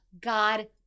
God